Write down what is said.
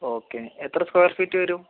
okay എത്ര square feet വരും